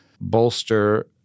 bolster